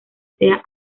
sea